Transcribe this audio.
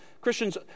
Christians